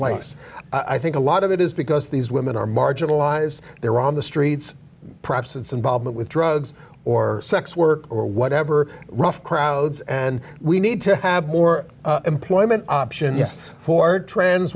place i think a lot of it is because these women are marginalized they're on the streets perhaps it's involvement with drugs or sex work or whatever rough crowds and we need to have more employment options for tr